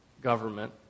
government